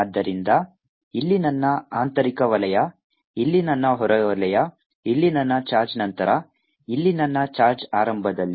ಆದ್ದರಿಂದ ಇಲ್ಲಿ ನನ್ನ ಆಂತರಿಕ ವಲಯ ಇಲ್ಲಿ ನನ್ನ ಹೊರ ವಲಯ ಇಲ್ಲಿ ನನ್ನ ಚಾರ್ಜ್ ನಂತರ ಇಲ್ಲಿ ನನ್ನ ಚಾರ್ಜ್ ಆರಂಭದಲ್ಲಿ